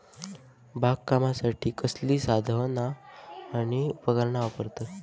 बागकामासाठी कसली साधना आणि उपकरणा वापरतत?